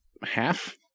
half